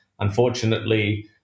Unfortunately